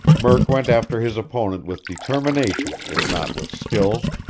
murk went after his opponent with determination if not with skill.